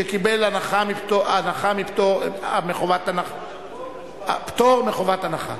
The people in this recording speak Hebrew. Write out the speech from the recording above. שקיבל פטור מחובת הנחה.